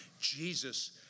Jesus